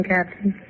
Captain